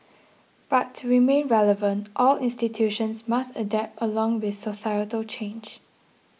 but to remain relevant all institutions must adapt along with societal change